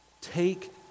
take